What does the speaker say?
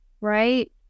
right